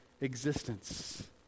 existence